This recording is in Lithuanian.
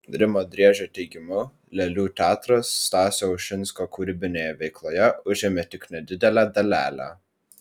rimo driežio teigimu lėlių teatras stasio ušinsko kūrybinėje veikloje užėmė tik nedidelę dalelę